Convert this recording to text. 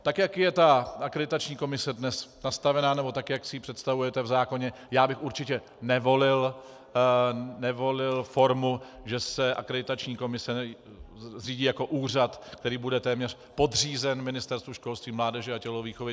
Tak jak je Akreditační komise dnes nastavena nebo jak si ji představujete v zákoně, já bych určitě nevolil formu, že se Akreditační komise zřídí jako úřad, který bude téměř podřízen Ministerstvu školství, mládeže a tělovýchovy.